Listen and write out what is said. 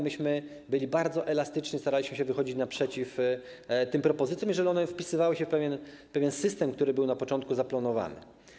My byliśmy bardzo elastyczni, staraliśmy się wychodzić naprzeciw tym propozycjom, jeżeli one wpisywały się w pewien system, który był na początku zaplanowany.